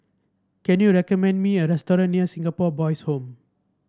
can you recommend me a restaurant near Singapore Boys' Home